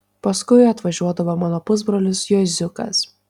paskui atvažiuodavo mano pusbrolis juoziukas